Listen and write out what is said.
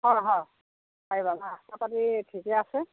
হয় হয় ঠিকে আছে